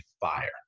fire